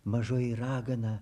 mažoji ragana